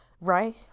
right